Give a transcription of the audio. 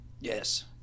Yes